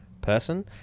person